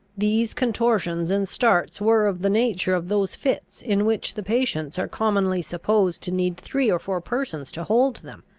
these contortions and starts were of the nature of those fits in which the patients are commonly supposed to need three or four persons to hold them.